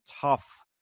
tough